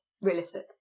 realistic